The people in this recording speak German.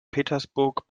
petersburg